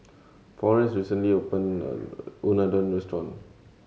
Forrest recently opened a Unadon restaurant